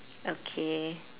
okay